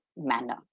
Manner